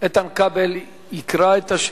איתן כבל יקרא את השאלה,